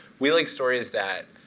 we like stories that